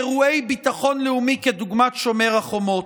אירועי ביטחון לאומי כדוגמת שומר החומות.